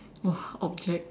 !wah! object